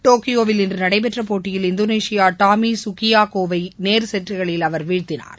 டோக்கியோவில் இன்று நடைபெற்ற போட்டியில் இந்தோனேஷியா டாமி ககியாகோவை நேர் செட்டுகளில் வீழ்த்தினார்